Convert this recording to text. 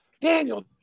Daniel